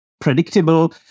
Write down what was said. predictable